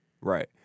Right